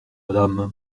madame